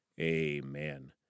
amen